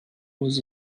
was